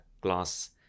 glass